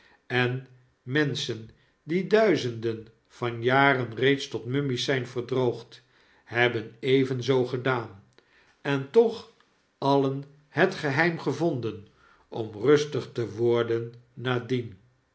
en menschen die duizenden van jaren reeds tot mummies zijn verdroogd hebben evenzoo gedaan en toch alien het geheim gevonden om rustig te worden